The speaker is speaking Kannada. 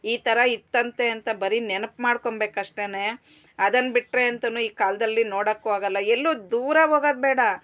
ಈ ಥರ ಇತ್ತಂತೆ ಅಂತ ಬರೀ ನೆನಪು ಮಾಡ್ಕೊಬೇಕಷ್ಟೇ ಅದನ್ನು ಬಿಟ್ಟರೆ ಅಂತು ಈ ಕಾಲದಲ್ಲಿ ನೋಡೋಕ್ಕೂ ಆಗೋಲ್ಲ ಎಲ್ಲೂ ದೂರ ಹೋಗೊದ್ ಬೇಡ